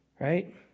right